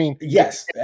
Yes